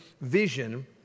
vision